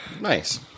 Nice